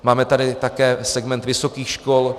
Máme tady také segment vysokých škol.